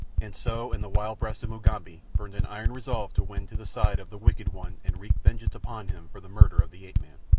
and so in the wild breast of mugambi burned an iron resolve to win to the side of the wicked one and wreak vengeance upon him for the murder of the ape-man.